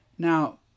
Now